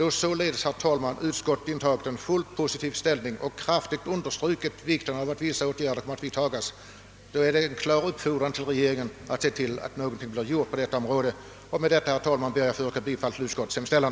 Då således, herr talman, utskottet härvidlag intagit en positiv ställning och kraftigt understrukit vikten av att vissa åtgärder vidtas, innebär detta en klar uppmaning till regeringen att se till att någonting blir gjort på detta område. Med detta ber jag att få yrka bifall till utskottets hemställan.